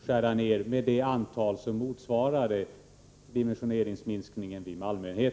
skära ned med det antal som motsvarade dimensioneringsminskningen vid Malmöenheten.